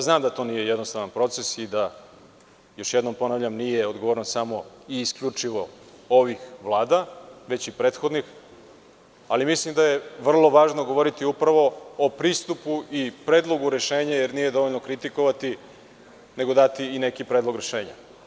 Znam da to nije jednostavan proces i da nije odgovornost samo i isključivo ovih vlada, već i prethodnih, ali mislim da je vrlo važno govoriti o pristupu i predlogu rešenja, jer nije dovoljno kritikovati, nego dati i neki predlog rešenja.